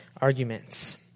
arguments